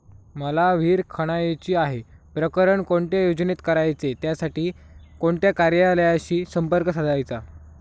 मला विहिर खणायची आहे, प्रकरण कोणत्या योजनेत करायचे त्यासाठी कोणत्या कार्यालयाशी संपर्क साधायचा?